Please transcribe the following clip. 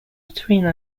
between